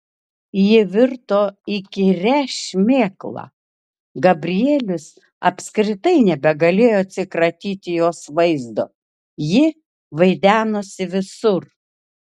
ji virto įkyria šmėkla gabrielius apskritai nebegalėjo atsikratyti jos vaizdo ji vaidenosi visur